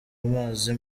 amazi